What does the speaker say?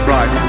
Right